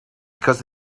because